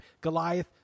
Goliath